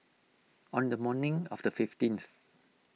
on the morning of the fifteenth